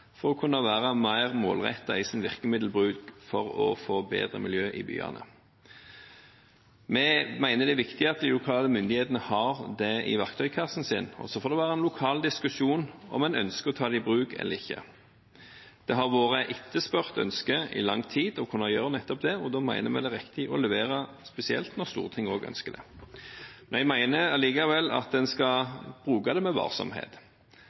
for å kunne være mer målrettet i sin virkemiddelbruk for å få bedre miljø i byene. Vi mener det er viktig at de lokale myndighetene har det i verktøykassen sin, og så får det være en lokal diskusjon om en ønsker å ta det i bruk eller ikke. Det har vært et etterspurt ønske i lang tid om å kunne gjøre nettopp det, og da mener vi det er riktig å levere, spesielt når Stortinget også ønsker det. Vi mener likevel at en skal bruke det med varsomhet.